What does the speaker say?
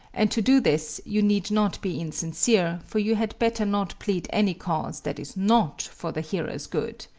and to do this you need not be insincere, for you had better not plead any cause that is not for the hearers' good.